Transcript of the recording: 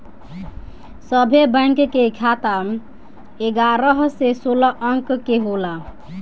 सभे बैंक के खाता एगारह से सोलह अंक के होला